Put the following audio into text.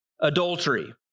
adultery